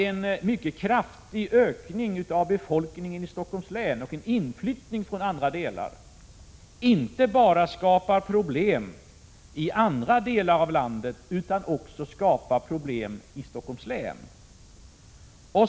En mycket kraftig ökning av befolkningen i Stockholms län och en inflyttning från andra delar av landet skapar problem inte bara i andra delar av landet hänsyn inom alla ”politikområden” utan också i Stockholms län.